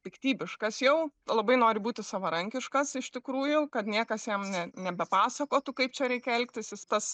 piktybiškas jau labai nori būti savarankiškas iš tikrųjų kad niekas jam ne nebepasakotų kaip čia reikia elgtis jis tas